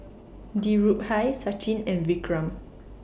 Dhirubhai Sachin and Vikram